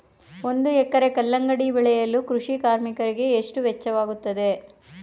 ಒಂದು ಎಕರೆ ಕಲ್ಲಂಗಡಿ ಬೆಳೆಯಲು ಕೃಷಿ ಕಾರ್ಮಿಕರಿಗೆ ಎಷ್ಟು ವೆಚ್ಚವಾಗುತ್ತದೆ?